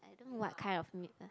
I don't know what kind of meat ah